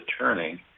Turning